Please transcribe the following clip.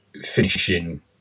finishing